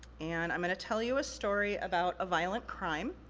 and i'm gonna tell you a story about a violent crime,